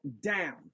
down